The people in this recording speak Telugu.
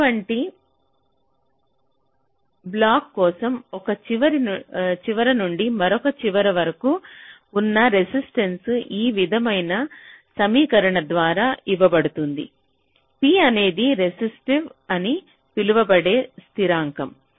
అటువంటి బ్లాక్ కోసం ఒక చివర నుండి మరొక చివర వరకు ఉన్న రెసిస్టెన్స ఈ విధమైన సమీకరణం ద్వారా ఇవ్వబడుతుంది ρ అనేది రెసిస్టివిటీ అని పిలువబడే స్థిరాంకం